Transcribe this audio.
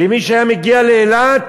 ומי שהיה מגיע לאילת